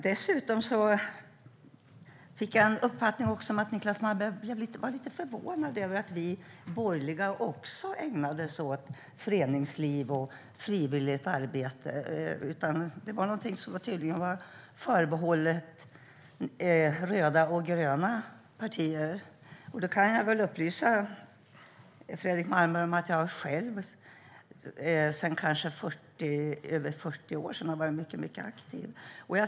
Dessutom fick jag uppfattningen att Niclas Malmberg var lite förvånad över att vi borgerliga också ägnar oss åt föreningsliv och frivilligt arbete. Han verkade tycka att det var något som var förbehållet röda och gröna partier. Jag kan upplysa Niclas Malmberg om att jag själv sedan över 40 år har varit mycket aktiv.